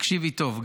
תקשיבי טוב.